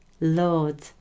Lord